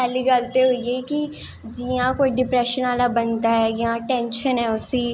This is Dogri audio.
पैह्ली गल्ल ते होई गेई कि जियां कोई ड्प्रैशन आह्ला बंदा ऐ जां टैंशन ऐ उसी